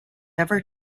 ever